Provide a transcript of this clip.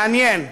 מעניין,